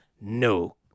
no